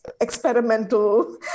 experimental